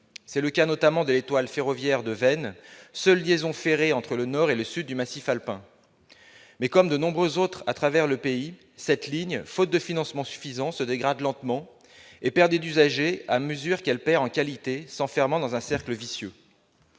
C'est le cas, notamment, de l'étoile ferroviaire de Veynes, seule liaison ferrée entre le nord et le sud du massif alpin. Mais, comme de nombreuses autres à travers le pays, cette ligne, faute de financements suffisants, se dégrade lentement et perd des usagers à mesure qu'elle perd en qualité, s'enfermant dans un cercle vicieux.